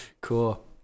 cool